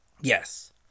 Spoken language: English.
Yes